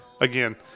Again